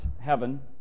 heaven